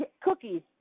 Cookies